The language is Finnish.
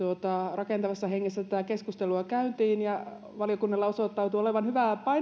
rakentavassa hengessä tätä keskustelua käytiin ja valiokunnalla osoittautui olevan hyvää